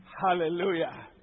Hallelujah